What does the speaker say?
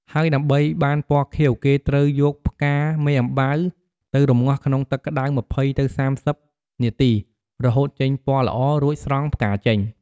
ហើយដើម្បីបានពណ៌ខៀវគេត្រូវយកផ្កាមេអំបៅ ទៅរំងាស់ក្នុងទឹកក្ដៅ ២០ ទៅ៣០នាទី រហូតចេញពណ៌ល្អ រួចស្រង់ផ្កាចេញ។